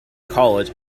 college